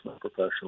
professional